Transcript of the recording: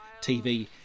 TV